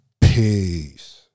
peace